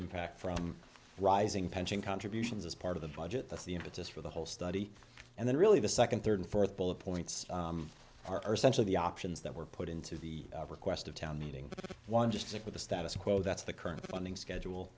impact from rising pension contributions as part of the budget that's the impetus for the whole study and then really the second third and fourth bullet points or sense of the options that were put into the request of town meeting but one just stick with the status quo that's the current funding schedule